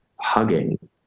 Hugging